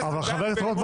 שאמרת,